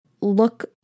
look